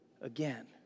again